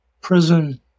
prison